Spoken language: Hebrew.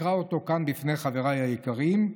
אקרא אותו כאן בפני חבריי היקרים.